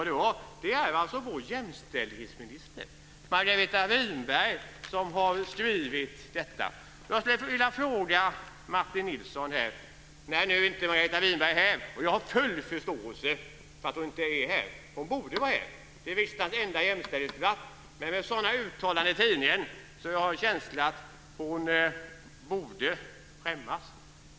Det är vår jämställdhetsminister Margareta Winberg som har skrivit detta. Jag skulle vilja fråga Martin Nilsson om det. Margareta Winberg är ju inte här, och jag har full förståelse för att hon inte är det. Hon borde vara här. Det är riksdagens enda jämställdhetsdebatt. Men med tanke på sådana uttalanden i tidningen har jag en känsla av att hon borde skämmas.